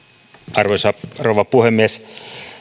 arvoisa rouva puhemies